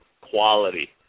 quality